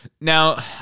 Now